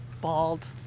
bald